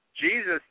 Jesus